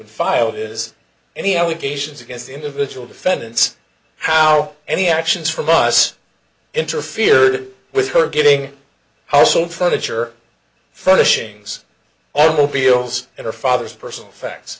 been filed is any allegations against the individual defendants how any actions from us interfered with her getting household furniture furnishings all beals at her father's personal facts